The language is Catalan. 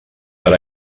per